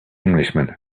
englishman